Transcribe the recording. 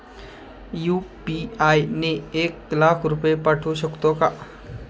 UPI ने एक लाख रुपये पाठवू शकतो का?